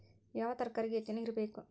ಯಾವ ತರಕಾರಿಗೆ ಹೆಚ್ಚು ನೇರು ಬೇಕು?